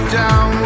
down